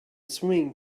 swimming